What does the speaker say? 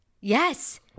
Yes